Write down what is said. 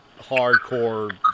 hardcore